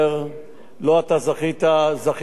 אמנון, חבר סיעתך, מביא את זה,